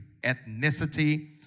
ethnicity